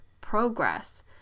progress